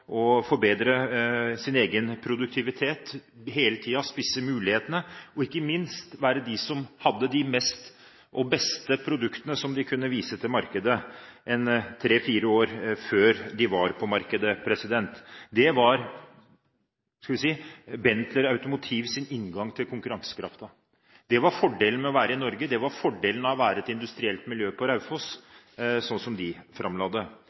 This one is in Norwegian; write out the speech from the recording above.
forbedre sin egen produktivitet, hele tiden spisse mulighetene og ikke minst ha de fleste og beste produktene, som de kunne vise til markedet tre–fire år før disse var på markedet. Det var – skal vi si – Benteler Automotives inngang til konkurransekraften. Det var fordelen med å være i Norge, det var fordelen med å ha et industrielt miljø på Raufoss, sånn som de framla det.